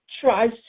tries